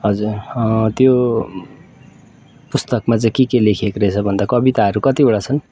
हजुर त्यो पुस्तकमा चाहिँ के के लेखेको रहेछ भन्दा कविताहरू कतिवटा छन्